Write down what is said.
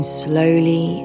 slowly